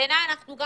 בעיניי אנחנו גם